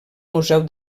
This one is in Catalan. museu